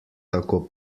tako